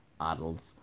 adults